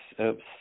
Oops